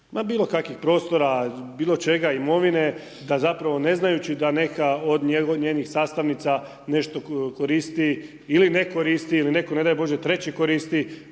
bilo kakvih prostora, bilo čega imovine, da zapravo ne znajući da neka od njenih sastavnica nešto koristi ili ne koristi ili neko ne daj bože treći koristi